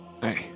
Hey